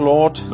Lord